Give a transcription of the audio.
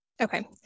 Okay